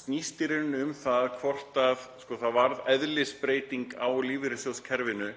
snýst í rauninni um það hvort það varð eðlisbreyting á lífeyrissjóðakerfinu